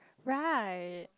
right